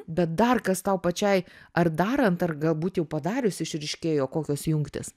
bet dar kas tau pačiai ar darant ar galbūt jau padarius išryškėjo kokios jungtys